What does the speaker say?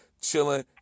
chilling